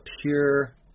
pure